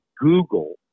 Google